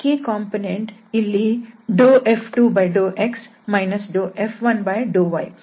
k component ಇಲ್ಲಿ F2∂x F1∂y